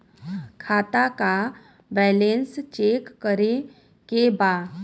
खाता का balance check करे के बा?